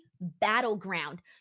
Battleground